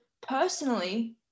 personally